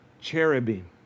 cherubim